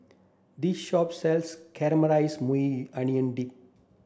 this shop sells Caramelized Maui Onion Dip